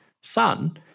sun